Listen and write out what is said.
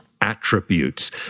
attributes